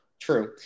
true